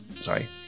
Sorry